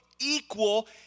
equal